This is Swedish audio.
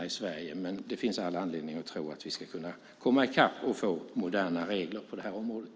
Vi i Sverige är lite sena, men det finns all anledning att tro att vi kan komma i kapp och få moderna regler på området.